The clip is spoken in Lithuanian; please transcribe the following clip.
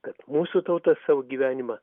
kad mūsų tauta savo gyvenimą